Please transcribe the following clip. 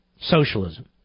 Socialism